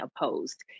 opposed